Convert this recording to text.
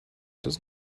does